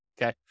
okay